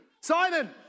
Simon